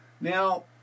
Now